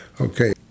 Okay